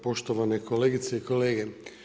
Poštovane kolegice i kolege.